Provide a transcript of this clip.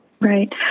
Right